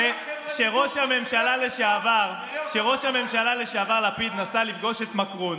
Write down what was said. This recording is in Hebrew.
כשראש הממשלה לשעבר לפיד נסע לפגוש את מקרון,